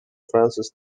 francis